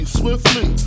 swiftly